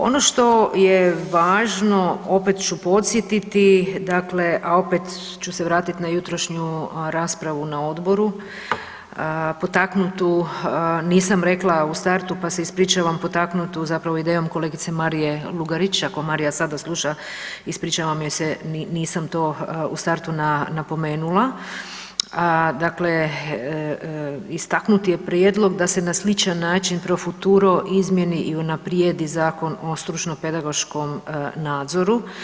Ono što je važno opet ću podsjetiti dakle, a opet ću se vratiti na jutrošnju raspravu na odboru potaknutu, nisam rekla u startu pa se ispričavam, potaknutu zapravo idejom kolegice Marije Lugarić, ako Marija sada sluša ispričavam joj se nisam to u startu napomenula, dakle istaknut je prijedlog da se na sličan način profuturo izmijeni i unaprijedi Zakon o stručno pedagoškom nadzoru.